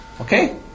okay